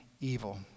evil